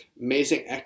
Amazing